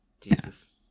Jesus